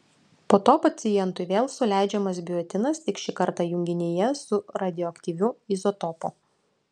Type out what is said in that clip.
po to pacientui vėl suleidžiamas biotinas tik šį kartą junginyje su radioaktyviu izotopu